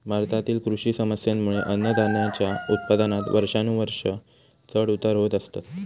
भारतातील कृषी समस्येंमुळे अन्नधान्याच्या उत्पादनात वर्षानुवर्षा चढ उतार होत असतत